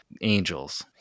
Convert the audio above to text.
angels